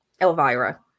elvira